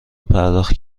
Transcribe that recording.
پرداخت